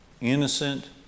innocent